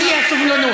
שלישית.